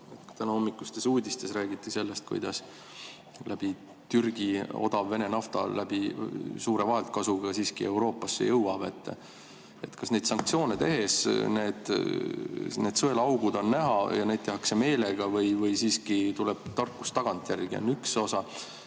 Tänahommikustes uudistes räägiti sellest, kuidas läbi Türgi odav Vene nafta suure vaheltkasuga siiski Euroopasse jõuab. Kas neid sanktsioone tehes need sõelaaugud on näha ja neid tehakse meelega või siiski tuleb tarkus tagantjärgi? See on üks osa.